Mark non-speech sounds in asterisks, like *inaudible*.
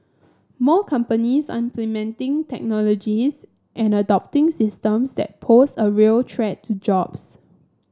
more companies *unintelligible* technologies and adopting systems that pose a real threat to jobs